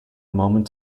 moment